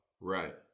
Right